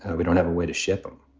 and we don't have a way to ship them.